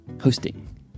hosting